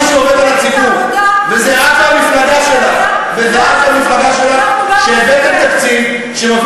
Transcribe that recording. שמפלגת העבודה, אנחנו באנו לתקן.